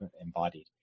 embodied